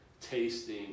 tasting